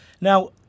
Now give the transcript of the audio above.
Now